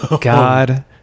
God